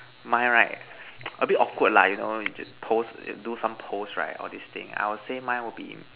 mine right a bit awkward lah you know pose do some pose right all this thing I would say mine would be